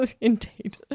indeed